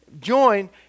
Join